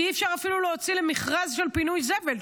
כי אי-אפשר אפילו להוציא למכרז של פינוי זבל,